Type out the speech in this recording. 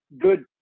good